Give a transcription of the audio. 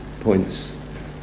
points